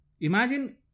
Imagine